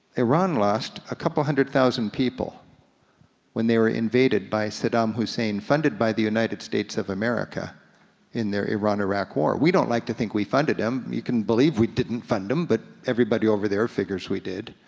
iran lost a couple hundred thousand people when they were invaded by saddam hussein, funded by the united states of america in their iran iraq war. we don't like to think we funded him, you can believe we didn't fund him, but everybody over there figures we did.